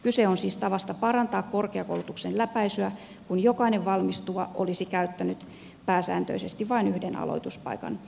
kyse on siis tavasta parantaa korkeakoulutuksen läpäisyä kun jokainen valmistuva olisi käyttänyt pääsääntöisesti vain yhden aloituspaikan